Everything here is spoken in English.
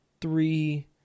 three